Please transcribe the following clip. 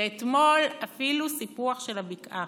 ואתמול אפילו סיפוח של הבקעה.